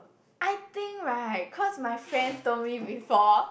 I think right cause my friend told me before